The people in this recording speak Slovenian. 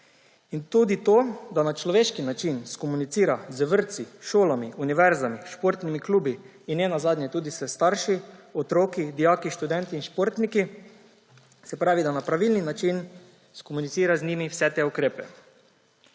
in tudi to, da na človeški način skomunicira z vrtci, šolami, univerzami, športnimi klubi in ne nazadnje tudi s starši, otroki, dijaki, študenti in športniki. Se pravi, da na pravilni način skomunicira z njimi vse te ukrepe.